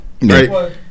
right